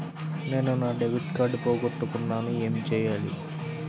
నేను నా debit card పోగొట్టుకున్నాను ఏమి చేయాలి?